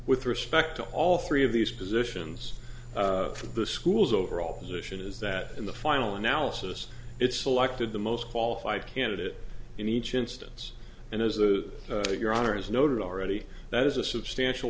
to all three of these positions of the schools overall position is that in the final analysis it selected the most qualified candidate in each instance and as the your honor has noted already that is a substantial